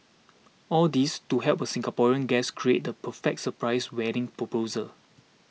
all this to help a Singaporean guest create the perfect surprise wedding proposal